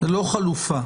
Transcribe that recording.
לא חלופה.